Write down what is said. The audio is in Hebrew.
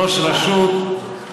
ראש רשות,